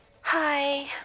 Hi